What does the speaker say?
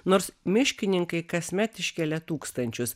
nors miškininkai kasmet iškelia tūkstančius